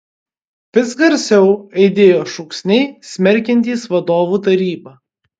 vis garsiau aidėjo šūksniai smerkiantys vadovų tarybą